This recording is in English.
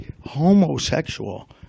homosexual